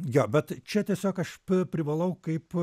jo bet čia tiesiog aš privalau kaip